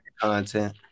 Content